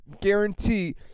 guarantee